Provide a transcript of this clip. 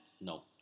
No